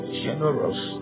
generous